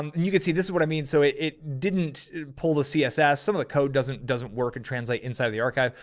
um and you can see, this is what i mean. so it didn't pull the css, some of the code doesn't doesn't work and translate inside of the archive,